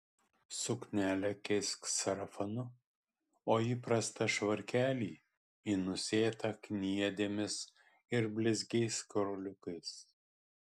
suknelę keisk sarafanu o įprastą švarkelį į nusėtą kniedėmis ir blizgiais karoliukais